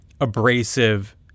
abrasive